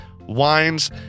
wines